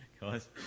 guys